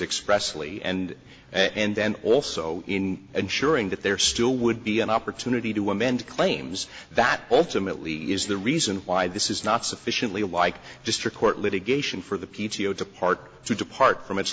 expressly and and then also in ensuring that there still would be an opportunity to amend claims that ultimately is the reason why this is not sufficiently like district court litigation for the p t o to part to depart from it